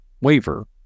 waiver